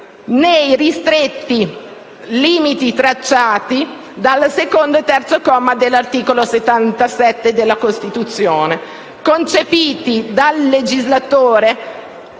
nei ristretti limiti tracciati dal secondo e terzo comma dell'articolo 77 della Costituzione, concepiti dal legislatore